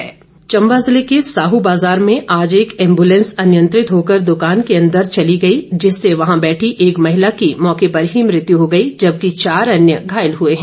दुर्घटना चंबा जिले के साहू बाजार में आज एक एम्बुलेंस अनियंत्रित होकर दुकान के अंदर चली गई जिससे वहां बैठी एक महिला की मौके पर ही मृत्यु हो गई जबकि चार अन्य घायल हए हैं